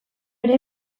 ere